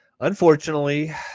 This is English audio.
unfortunately